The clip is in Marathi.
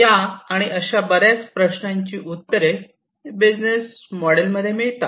या आणि अशा बऱ्याच प्रश्नांची उत्तरे बिझनेस मॉडेलमध्ये मिळतात